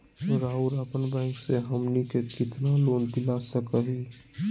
रउरा अपन बैंक से हमनी के कितना लोन दिला सकही?